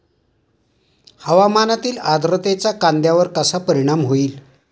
हवामानातील आर्द्रतेचा कांद्यावर कसा परिणाम होईल?